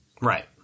Right